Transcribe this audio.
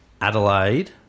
Adelaide